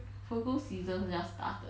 virgo season just started